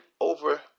over